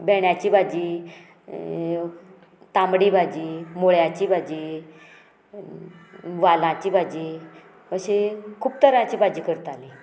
भेंड्यांची भाजी तांबडी भाजी मुळ्याची भाजी वालांची भाजी अशी खूब तरांची भाजी करताली